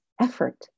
effort